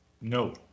no